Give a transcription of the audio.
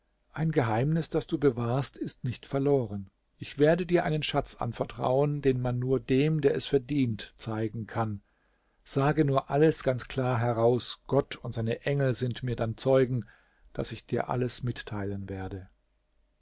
ein geheimnis das du bewahrst ist nicht verloren ich werde dir einen schatz anvertrauen den man nur dem der es verdient zeigen kann sage nur alles ganz klar heraus gott und seine engel sind mir dann zeugen daß ich dir alles mitteilen werde